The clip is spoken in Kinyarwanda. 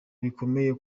bikomeye